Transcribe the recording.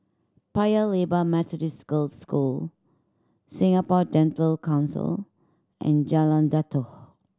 Paya Lebar Methodist Girls' School Singapore Dental Council and Jalan Datoh